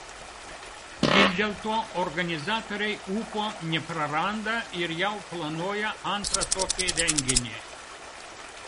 vis dėlto organizatoriai ūpo nepraranda ir jau planuoja antrą tokį renginį